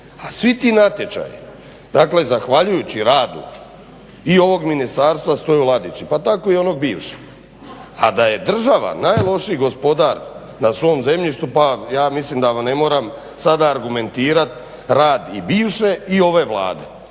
a svi ti natječaji dakle zahvaljujući radu i ovog ministarstva stoji u ladici, pa tako i onog bivšeg. A da je država najlošiji gospodar na svom zemljištu pa ja mislim da vam ne moram sada argumentirat rad i bivše i ove Vlade